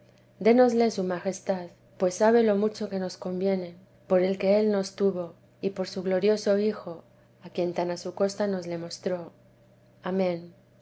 dénosle su majestad pues sabe lo mucho que nos conviene por el que él nos tuvo y por su glorioso hijo a quien tan a su costa nos le mostró amén